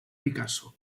picasso